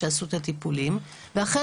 ואכן,